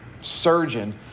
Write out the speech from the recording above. surgeon